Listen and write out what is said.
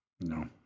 No